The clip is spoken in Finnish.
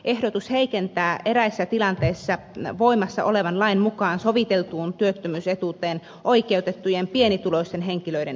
ehdotus heikentää eräissä tilanteissa voimassa olevan lain mukaan soviteltuun työttömyysetuuteen oikeutettujen pienituloisten henkilöiden etuutta